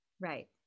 Right